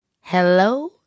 Hello